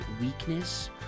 weakness